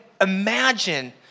imagine